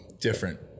different